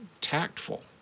tactful